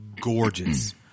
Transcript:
gorgeous